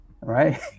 right